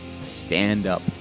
stand-up